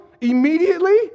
immediately